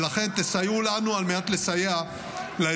לכן, תסייעו לנו על מנת לסייע לאזרחים.